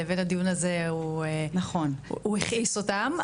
לבין הדיון הזה הוא הכעיס אותם,